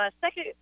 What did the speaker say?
second